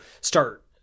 start